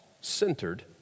centered